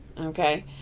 okay